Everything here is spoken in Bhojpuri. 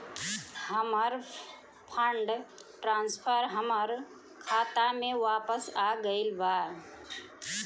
हमर फंड ट्रांसफर हमर खाता में वापस आ गईल बा